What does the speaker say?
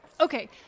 Okay